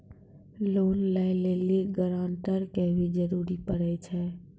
Loan लै लेली guarantor के भी जरूरी पड़ै छै?